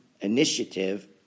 initiative